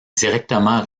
directement